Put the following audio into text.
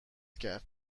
کرد